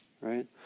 right